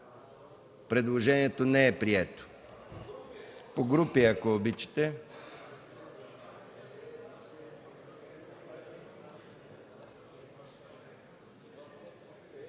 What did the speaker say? Предложението не е прието.